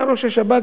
היה ראש השב"כ,